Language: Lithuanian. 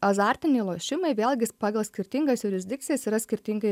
azartiniai lošimai vėlgi pagal skirtingas jurisdikcijas yra skirtingai